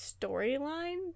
storyline